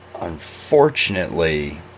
unfortunately